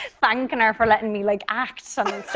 thanking her for letting me, like, act so